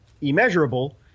immeasurable